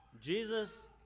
Jesus